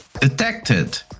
detected